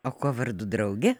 o kuo vardu draugė